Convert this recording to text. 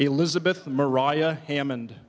elizabeth mariah hammond